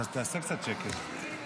תעשה קצת שקט.